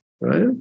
right